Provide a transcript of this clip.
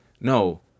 no